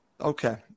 Okay